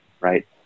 right